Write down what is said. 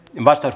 martat